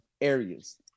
areas